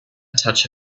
touch